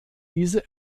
diese